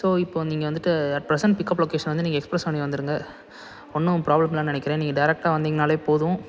so இப்போது நீங்கள் வந்துட்டு அட் ப்ரசென்ட் பிக்கப் லொகேஷன் வந்து நீங்கள் எக்ஸ்பிரஸ் அவென்யு வந்துடுங்க ஒன்றும் ப்ராப்ளம் இல்லைன்னு நினைக்கிறேன் நீங்கள் டேரெக்டாக வந்தீங்கனால் போதும்